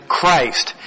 Christ